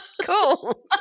Cool